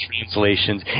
translations